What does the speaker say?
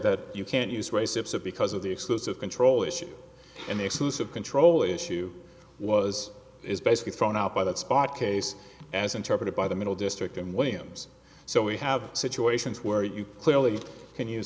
that you can't use race ipsa because of the exclusive control issue and the exclusive control issue was is basically thrown out by that spot case as interpreted by the middle district and williams so we have situations where you clearly can use